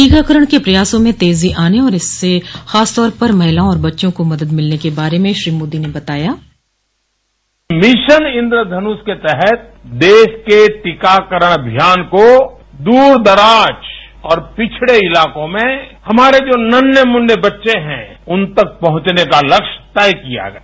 टीकाकरण के प्रयासों में तेजी आने और इससे खास तौर पर महिलाओं और बच्चों को मदद मिलने के बारे में श्री मोदी ने बताया मिशन इंद्रधनुष के तहत देश के टीकाकरण अभियान को दूर दराज और पिछड़े इलाकों में हमारे जो नन्हें मुन्ने बच्चे हैं उन तक पहुंचने का लक्ष्य तय किया गया है